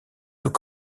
tout